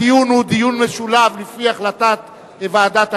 הדיון הוא דיון משולב, לפי החלטת ועדת הכנסת.